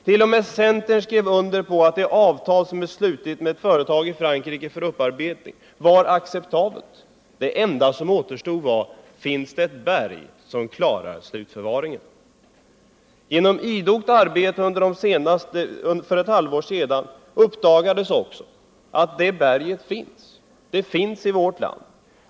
T. o. m. centern skrev under på att det avtal om upparbetning som hade slutits med ett företag i Frankrike var acceptabelt. Den enda fråga som återstod var: Finns det ett berg som klarar slutförvaringen? Genom idogt arbete uppdagades för ett halvår sedan att det berget finns. Det finns i vårt land.